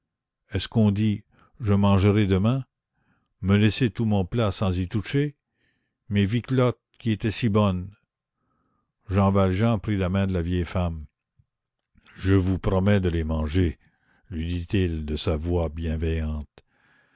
est-ce qu'on dit je mangerai demain me laisser tout mon plat sans y toucher mes viquelottes qui étaient si bonnes jean valjean prit la main de la vieille femme je vous promets de les manger lui dit-il de sa voix bienveillante